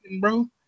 bro